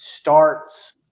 starts